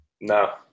No